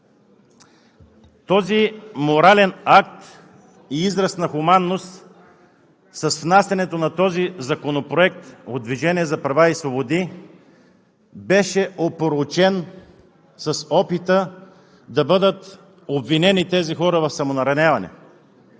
Този морален акт и израз на хуманност, с внасянето на Законопроекта от „Движението за права и свободи“, беше опорочен с опита да бъдат обвинени тези хора в самонараняване.